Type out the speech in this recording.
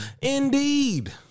Indeed